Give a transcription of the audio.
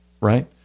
right